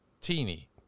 teeny